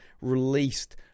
released